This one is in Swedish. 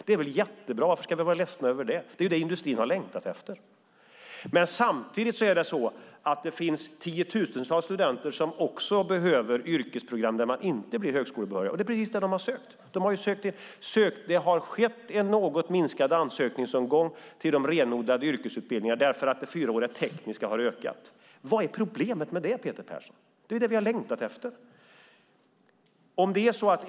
Det är väl jättebra? Varför ska vi vara ledsna över det? Det är ju det industrin har längtat efter. Samtidigt finns det tiotusentals studenter som behöver yrkesprogram där man inte blir högskolebehörig, och det är precis det de har sökt. Det har blivit en något minskad ansökningsomgång till de renodlade yrkesutbildningarna därför att den fyraåriga tekniska har ökat. Vad är problemet med det, Peter Persson? Det är ju det vi har längtat efter.